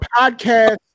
podcast